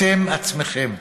אתם עצמכם.